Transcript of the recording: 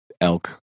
elk